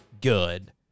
good